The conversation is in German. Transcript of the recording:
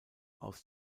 aus